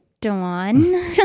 Dawn